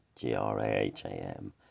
g-r-a-h-a-m